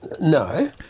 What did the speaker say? no